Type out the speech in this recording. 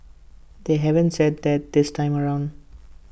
they haven't said that this time around